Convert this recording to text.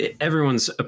everyone's